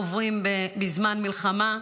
עוברים בזמן מלחמה.